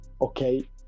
okay